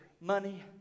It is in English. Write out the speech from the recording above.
money